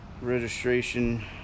registration